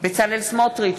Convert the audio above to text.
בצלאל סמוטריץ,